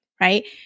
right